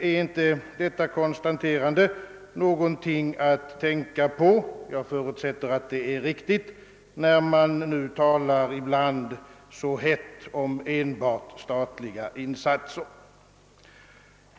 Är då inte detta konstaterande något att tänka på, när man nu talar så hett om enbart statliga insatser?